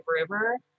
River